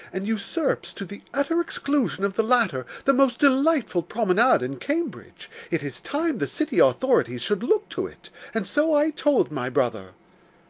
and usurps, to the utter exclusion of the latter, the most delightful promenade in cambridge, it is time the city authorities should look to it and so i told my brother.